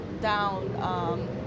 down